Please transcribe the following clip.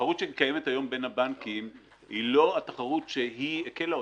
תחרות שמתקיימת היום בין הבנקים היא לא התחרות היא הקלה אותה.